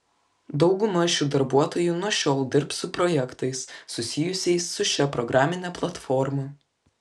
dauguma šių darbuotojų nuo šiol dirbs su projektais susijusiais su šia programine platforma